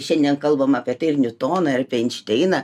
šiandien kalbam apie tai ir niutoną ir apie einšteiną